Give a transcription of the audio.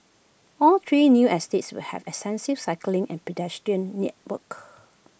all three new estates will have extensive cycling and pedestrian networks